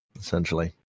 essentially